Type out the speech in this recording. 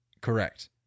Correct